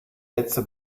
letzte